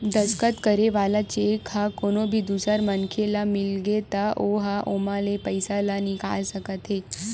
दस्कत करे वाला चेक ह कोनो भी दूसर मनखे ल मिलगे त ओ ह ओमा ले पइसा ल निकाल सकत हे